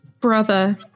brother